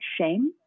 shame